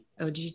OG